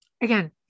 Again